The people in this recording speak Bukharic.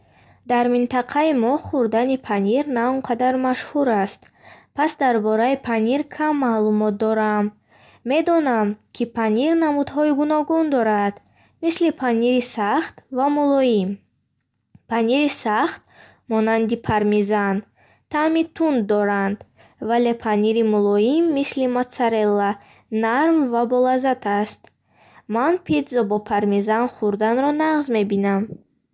Дар минтақаи мо хурдани панир на он қадар машҳур аст. Пас дар бораи панир кам маълумот дорам. Медонам, ки панир намудҳои гуногун дорад, мисли панири сахт ва мулоим. Панири сахт, монанди пармезан, таъми тунд дорад, вале панири мулоим мисли моцарелла нарм ва болаззат аст. Ман питзо бо пармезан хурданро нағз мебинам.